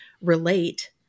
relate